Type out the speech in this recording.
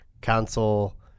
console